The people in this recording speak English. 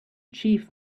chief